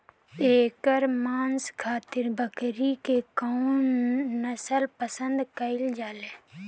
एकर मांस खातिर बकरी के कौन नस्ल पसंद कईल जाले?